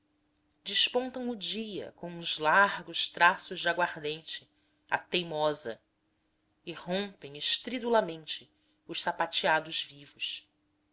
despontam o dia com uns largos tragos de aguardente a teimosa e rompem estridulamente os sapateados vivos